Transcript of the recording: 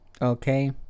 okay